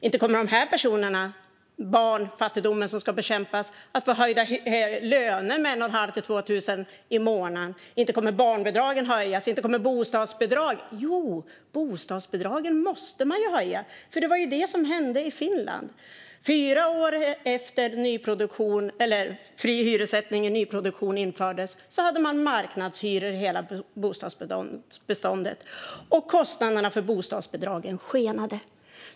Inte kommer de personer som vi talar om när vi säger att barnfattigdomen ska bekämpas att få höjda löner med 1 500-2 000 kronor i månaden. Inte kommer barnbidragen och bostadsbidragen att höjas. Jo, bostadsbidragen måste man ju höja. Det var ju det som hände i Finland. Fyra år efter det att fri hyressättning i nyproduktion infördes hade man marknadshyror i hela bostadsbeståndet, och kostnaderna för bostadsbidragen skenade.